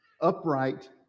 upright